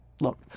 Look